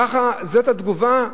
ככה, זאת התגובה?